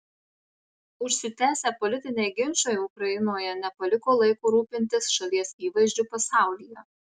užsitęsę politiniai ginčai ukrainoje nepaliko laiko rūpintis šalies įvaizdžiu pasaulyje